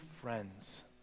friends